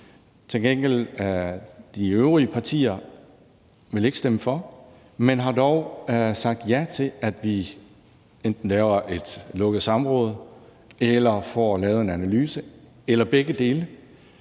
vil de øvrige partier ikke stemme for, men har dog sagt ja til, at vi enten laver et lukket samråd eller får lavet en analyse – eller begge dele.